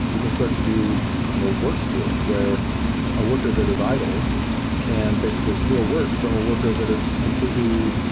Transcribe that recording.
we can start to do you know work stealing, where a worker that is idle can basically steal work from a worker that is completely